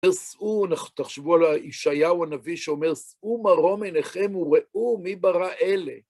תחשבו על ישעיהו הנביא, שאומר, שאו מרום עיניכם וראו מי ברא אלה.